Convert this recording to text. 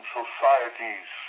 societies